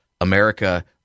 America